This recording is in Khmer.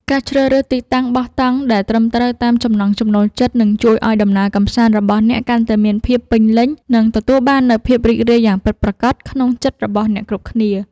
ការជ្រើសរើសទីតាំងបោះតង់ដែលត្រឹមត្រូវតាមចំណង់ចំណូលចិត្តនឹងជួយឱ្យដំណើរកម្សាន្តរបស់អ្នកកាន់តែមានភាពពេញលេញ និង ទទួលបាននូវភាពរីករាយយ៉ាងពិតប្រាកដក្នុងចិត្តរបស់អ្នកគ្រប់គ្នា។